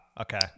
Okay